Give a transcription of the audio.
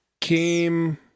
Came